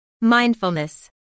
Mindfulness